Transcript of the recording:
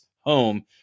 home